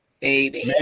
baby